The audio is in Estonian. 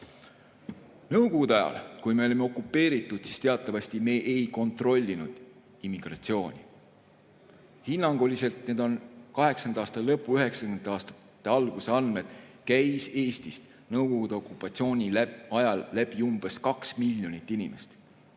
Nõukogude ajal, kui me olime okupeeritud, me teatavasti ei kontrollinud immigratsiooni. Hinnanguliselt – need on kaheksakümnendate lõpu ja üheksakümnendate alguse andmed – käis Eestist Nõukogude okupatsiooni ajal läbi umbes 2 miljonit inimest